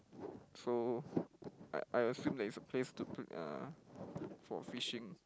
so I I assume that it's a place to to uh for fishing